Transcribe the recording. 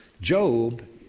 Job